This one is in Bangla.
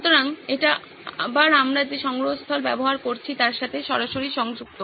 সুতরাং এটি আবার আমরা যে সংগ্রহস্থল ব্যবহার করছি তার সাথে সরাসরি সংযুক্ত